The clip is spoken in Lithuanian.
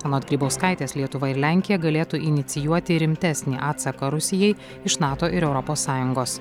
anot grybauskaitės lietuva ir lenkija galėtų inicijuoti rimtesnį atsaką rusijai iš nato ir europos sąjungos